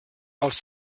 els